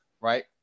Right